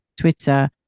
twitter